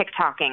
TikToking